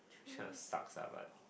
Cheers sucks ah but